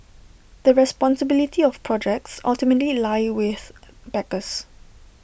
the responsibility of projects ultimately lie with backers